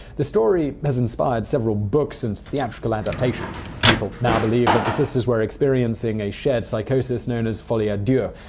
the story has inspired several books and theatrical adaptations. people now believe that the sisters were experiencing a shared psychosis known as folie? deux?